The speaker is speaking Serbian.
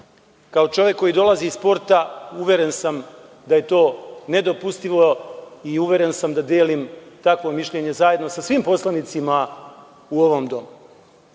Kao čovek koji dolazi iz sporta uveren sam da je to nedopustivo i uveren sam da delim takvo mišljenje zajedno sa svim poslanicima u ovom domu. Zbog